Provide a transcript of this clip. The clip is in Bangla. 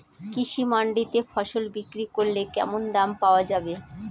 কৃষি মান্ডিতে ফসল বিক্রি করলে কেমন দাম পাওয়া যাবে?